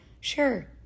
Sure